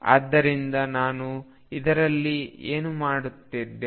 ಆದ್ದರಿಂದ ನಾನು ಇದರಲ್ಲಿ ಏನು ಮಾಡಿದ್ದೇನೆ